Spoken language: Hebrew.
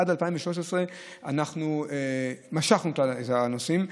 עד 2013 משכנו את הנושאים.